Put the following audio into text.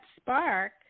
spark